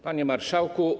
Panie Marszałku!